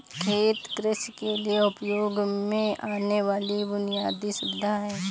खेत कृषि के लिए उपयोग में आने वाली बुनयादी सुविधा है